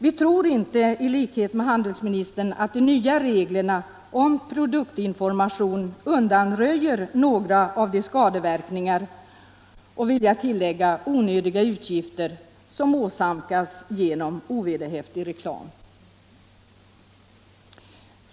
Vi tror inte i likhet med handelsministern att de nya reglerna om produktinformation undanröjer några av de skadeverkningar, och jag till tillägga onödiga utgifter, som åsamkas genom ovederhäftig reklam.